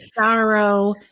Sorrow